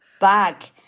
bag